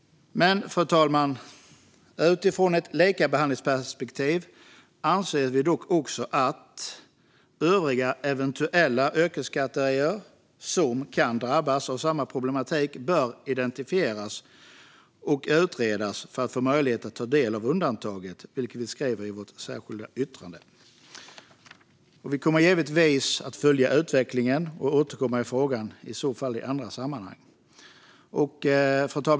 Fru talman! Utifrån ett likabehandlingsperspektiv anser vi dock att övriga eventuella yrkeskategorier som kan drabbas av samma problematik bör identifieras och utredas för att de ska få möjlighet att ta del av undantaget, vilket vi skriver i vårt särskilda yttrande. Vi kommer att följa utvecklingen, givetvis, och återkomma i frågan, i så fall i andra sammanhang. Fru talman!